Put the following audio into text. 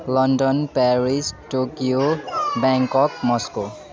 London Paris Tokyo Bangkok Moscow